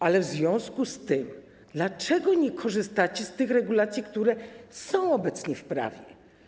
Ale w związku z tym dlaczego nie korzystacie z regulacji, które są obecnie w prawie?